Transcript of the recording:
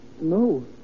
No